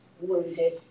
wounded